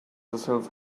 herself